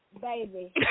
Baby